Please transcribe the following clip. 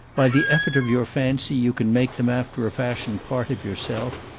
by the effort of your fancy you can make them after a fashion part of yourself.